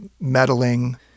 meddling